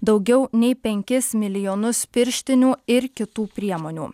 daugiau nei penkis milijonus pirštinių ir kitų priemonių